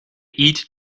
eat